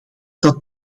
dat